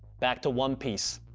back to one piece,